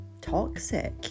toxic